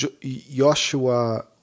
Joshua